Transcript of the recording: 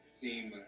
theme